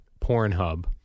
Pornhub